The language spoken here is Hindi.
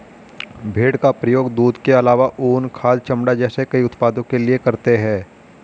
भेड़ का प्रयोग दूध के आलावा ऊन, खाद, चमड़ा जैसे कई उत्पादों के लिए करते है